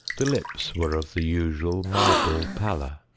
the lips were of the usual marble pallor.